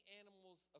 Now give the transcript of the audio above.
animals